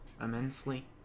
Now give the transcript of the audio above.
immensely